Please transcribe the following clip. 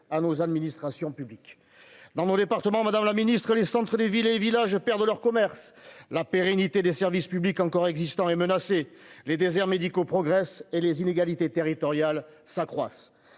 à nos administrations publiques dans mon département, Madame la Ministre, les centres des villes et villages perdent leur commerce la pérennité des services publics encore existants et menacé les déserts médicaux progressent et les inégalités territoriales s'accroissent